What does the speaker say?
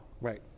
Right